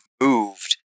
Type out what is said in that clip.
moved